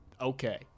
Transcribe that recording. okay